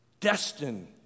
destined